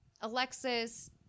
alexis